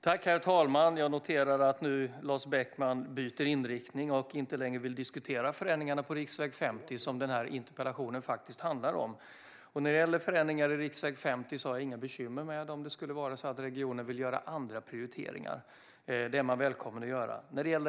Herr talman! Jag noterar att Lars Beckman nu byter inriktning och inte längre vill diskutera förändringarna på riksväg 50, som interpellationen faktiskt handlar om. När det gäller förändringar för riksväg 50 har jag inga bekymmer med det om regionen vill göra andra prioriteringar. De är välkomna att göra det.